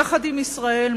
יחד עם ישראל,